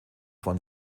von